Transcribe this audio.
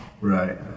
Right